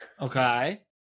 Okay